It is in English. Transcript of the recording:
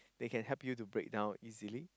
they can help you to break down easily